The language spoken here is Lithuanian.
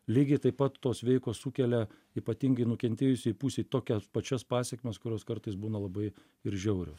lygiai taip pat tos veikos sukelia ypatingai nukentėjusiai pusei tokias pačias pasekmes kurios kartais būna labai ir žiaurios